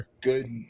good